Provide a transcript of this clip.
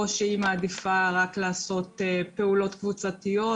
או שהיא מעדיפה לעשות רק פעולות קבוצתיות,